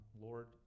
Lord